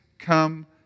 come